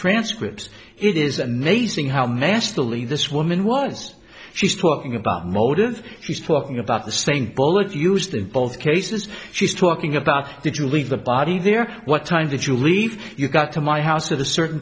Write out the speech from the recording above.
transcripts it is amazing how masterly this woman was she's talking about motive she's talking about the same bullet used in both cases she's talking about how did you leave the body there what time did you leave you got to my house or the certain